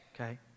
okay